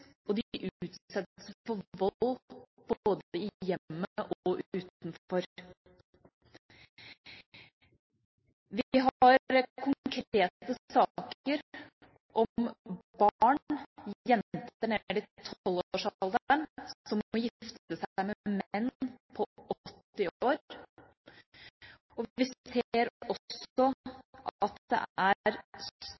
hjemmet og utenfor. Vi har konkrete saker om barn – jenter nede i tolvårsalderen som må gifte seg med menn på 80 år. Vi ser også